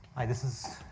this is